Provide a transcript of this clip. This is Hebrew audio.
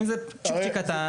--- אם זה צ'ופצ'יק קטן.